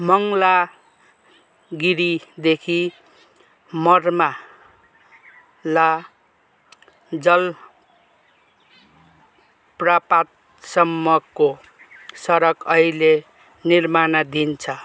मङ्ला गिरीदेखि मर्माला जल प्रपातसम्मको सडक अहिले निर्माणाधीन छ